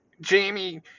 Jamie